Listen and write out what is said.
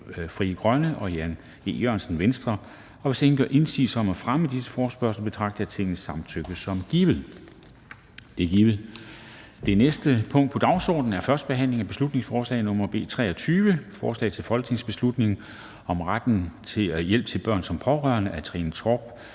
(Henrik Dam Kristensen): Hvis ingen gør indsigelse mod fremme af disse forespørgsler, betragter jeg Tingets samtykke som givet. Det er givet. --- Det næste punkt på dagsordenen er: 5) 1. behandling af beslutningsforslag nr. B 23: Forslag til folketingsbeslutning om retten til hjælp til børn som pårørende. Af Trine Torp